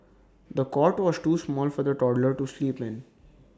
the cot was too small for the toddler to sleep in